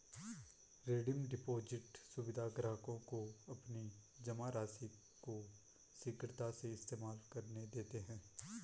redeem deposit सुविधा ग्राहकों को अपनी जमा राशि को शीघ्रता से इस्तेमाल करने देते है